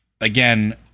again